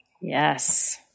yes